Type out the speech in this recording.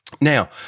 Now